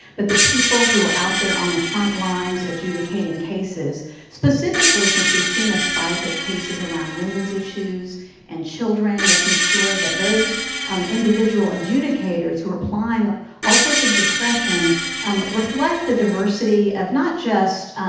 but the people who are out there on the front lines adjudicating cases specifically since we've seen a spike of cases around women's issues and children making sure that those um individual adjudicators who are applying all sorts of discretion um reflect the diversity of not just